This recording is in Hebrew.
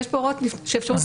ויש פה הוראות --- מבית משפט.